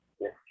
yes